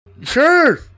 Sure